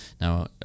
Now